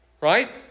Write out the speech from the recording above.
Right